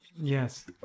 yes